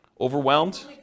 Overwhelmed